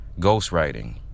ghostwriting